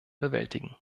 bewältigen